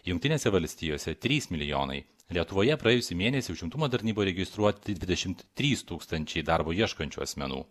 jungtinėse valstijose trys milijonai lietuvoje praėjusį mėnesį užimtumo tarnyboje registruoti dvidešimt trys tūkstančiai darbo ieškančių asmenų